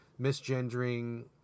misgendering